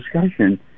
discussion